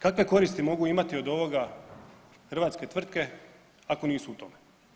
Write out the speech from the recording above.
Kakve koristi mogu imati od ovoga hrvatske tvrtke ako nisu u tome.